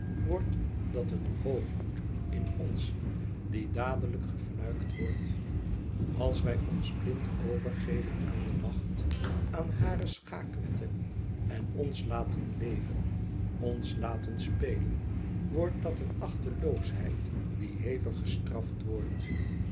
wordt dat een hoogmoed in ons die dadelijk gefnuikt wordt als wij ons blind overgeven aan de macht aan hare schaak wetten en ons laten leven ons laten spelen wordt dat een achteloosheid die hevig gestraft wordt